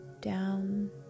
Down